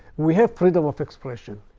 we have freedom of expression.